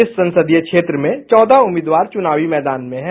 इस संसदीय क्षेत्र में चौदह उम्मीदवार चुनावी मैदान में हैं